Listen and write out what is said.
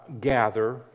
gather